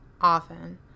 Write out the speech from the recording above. often